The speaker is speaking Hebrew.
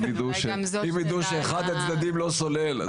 אם יידעו שאחד הצדדים לא שולל.